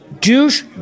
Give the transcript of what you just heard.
douche